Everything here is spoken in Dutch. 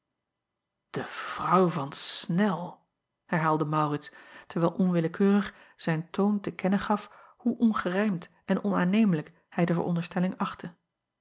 e vrouw van nel herhaalde aurits terwijl onwillekeurig zijn toon te kennen gaf hoe ongerijmd en onaanneemlijk hij de veronderstelling achtte